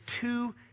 two